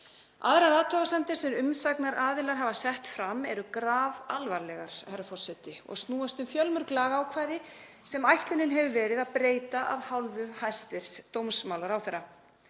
Aðrar athugasemdir sem umsagnaraðilar hafa sett fram eru grafalvarlegar, herra forseti, og snúast um fjölmörg lagaákvæði sem ætlunin hefur verið að breyta af hálfu hæstv. dómsmálaráðherra.